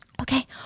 okay